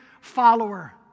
follower